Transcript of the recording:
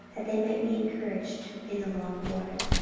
that they might be encouraged in the law of the lord.